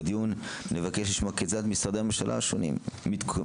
בדיון אני אבקש לשמוע כיצד משרדי הממשלה השונים מתכוונים